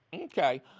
Okay